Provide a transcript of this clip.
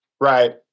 Right